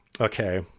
okay